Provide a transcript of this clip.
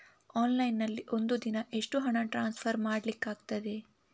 Online ನಲ್ಲಿ ಒಂದು ದಿನ ಎಷ್ಟು ಹಣ ಟ್ರಾನ್ಸ್ಫರ್ ಮಾಡ್ಲಿಕ್ಕಾಗ್ತದೆ?